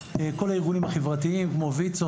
כל הארגונים החברתיים כמו ויצו,